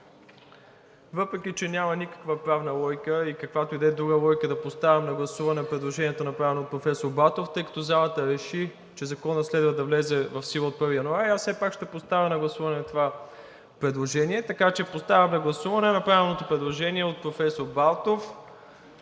въпреки че няма никаква правна логика и каквато и да е друга логика да поставям на гласуване, предложението, направено от професор Балтов, тъй като залата реши, че Законът следва да влезе в сила от 1 януари, аз все пак ще поставя на гласуване това предложение. Поставям на гласуване направеното предложение от професор Балтов